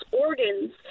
organs